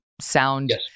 sound